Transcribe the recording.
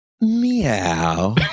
Meow